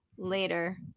Later